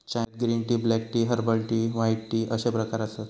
चायत green tea, black tea, herbal tea, white tea अश्ये प्रकार आसत